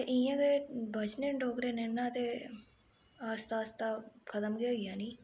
ते इ'यां गै बचने न डोगरे नेईं ना ते आस्ता आस्ता खतम गै होई जानी